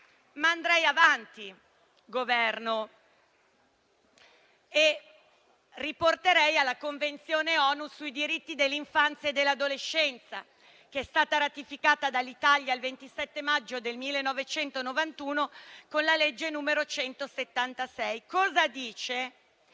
andrei avanti, richiamando la Convenzione ONU sui diritti dell'infanzia e dell'adolescenza, che è stata ratificata dall'Italia il 27 maggio del 1991 con la legge n. 176, nella quale